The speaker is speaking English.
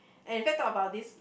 and it take about this